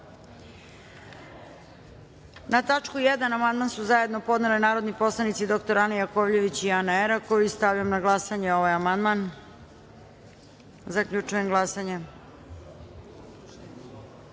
tačku 1. amandman su zajedno podnele narodne poslanice dr Ana Jakovljević i Ana Erak. Stavljam na glasanje ovaj amandman. Zaključujem glasanje: